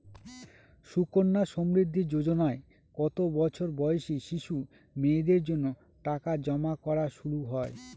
সুকন্যা সমৃদ্ধি যোজনায় কত বছর বয়সী শিশু মেয়েদের জন্য টাকা জমা করা শুরু হয়?